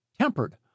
tempered